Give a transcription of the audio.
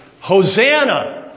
Hosanna